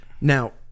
now